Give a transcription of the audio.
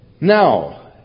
Now